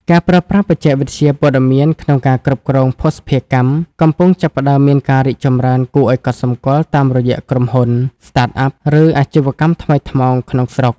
ការប្រើប្រាស់បច្ចេកវិទ្យាព័ត៌មានក្នុងការគ្រប់គ្រងភស្តុភារកម្ម កំពុងចាប់ផ្ដើមមានការរីកចម្រើនគួរឱ្យកត់សម្គាល់តាមរយៈក្រុមហ៊ុន Startup ឬ អាជីវកម្មថ្មីថ្មោង ក្នុងស្រុក។